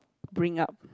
bring up